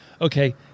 okay